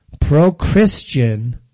pro-Christian